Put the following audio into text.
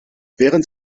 während